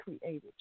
created